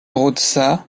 roça